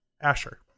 Asher